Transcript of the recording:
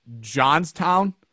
Johnstown